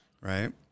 right